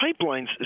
pipelines